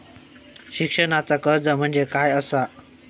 शिक्षणाचा कर्ज म्हणजे काय असा?